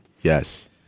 Yes